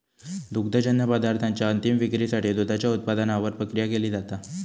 दुग्धजन्य पदार्थांच्या अंतीम विक्रीसाठी दुधाच्या उत्पादनावर प्रक्रिया केली जाता